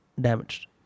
damaged